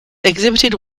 exhibited